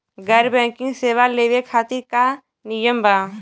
गैर बैंकिंग सेवा लेवे खातिर का नियम बा?